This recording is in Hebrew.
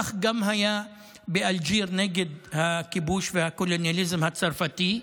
כך גם היה באלג'יר נגד הכיבוש והקולוניאליזם הצרפתי,